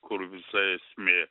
kur visa esmė